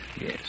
Yes